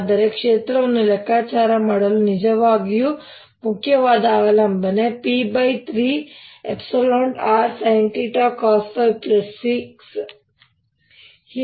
ಆದರೆ ಕ್ಷೇತ್ರವನ್ನು ಲೆಕ್ಕಾಚಾರ ಮಾಡಲು ನಿಜವಾಗಿಯೂ ಮುಖ್ಯವಾದ ಅವಲಂಬನೆ P30rsinθcosϕC ಹೀಗಿದೆ